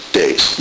days